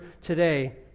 today